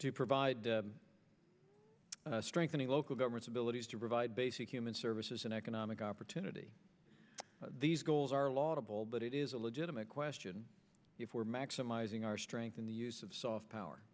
to provide strengthening local governments abilities to provide basic human services and economic opportunity these goals are laudable but it is a legitimate question if we're maximizing our strength in the use of soft power